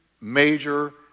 major